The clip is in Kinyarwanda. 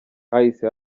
hahise